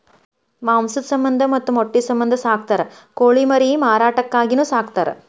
ಮಾಂಸದ ಸಮಂದ ಮತ್ತ ಮೊಟ್ಟಿ ಸಮಂದ ಸಾಕತಾರ ಕೋಳಿ ಮರಿ ಮಾರಾಟಕ್ಕಾಗಿನು ಸಾಕತಾರ